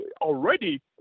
already